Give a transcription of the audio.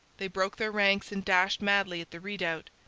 they broke their ranks and dashed madly at the redoubt.